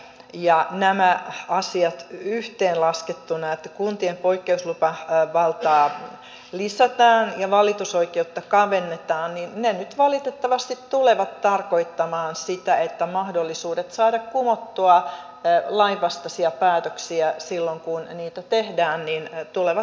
ja nämä asiat yhteenlaskettuna että kuntien poikkeuslupavaltaa lisätään ja valitusoikeutta kavennetaan nyt valitettavasti tulevat tarkoittamaan sitä että mahdollisuudet saada kumottua lainvastaisia päätöksiä silloin kun niitä tehdään tulevat kaventumaan